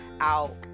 out